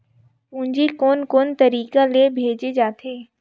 पूंजी कोन कोन तरीका ले भेजे जाथे?